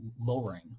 lowering